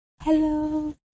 Hello